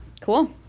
Cool